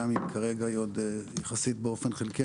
גם אם כרגע היא עוד יחסית באופן חלקי,